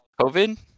COVID